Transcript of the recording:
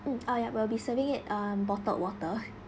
mm oh ya will be serving it uh bottled water